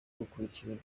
ukurikiwe